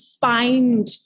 find